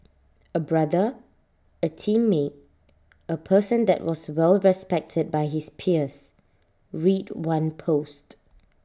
A brother A teammate A person that was well respected by his peers read one post